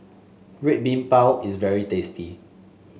Red Bean Bao is very tasty